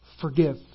Forgive